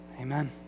amen